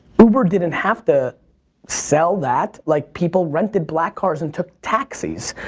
uber didn't have to sell that. like, people rented black cars and took taxis.